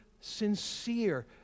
sincere